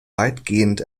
weitgehend